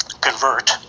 convert